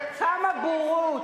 כמה בורות.